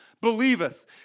Believeth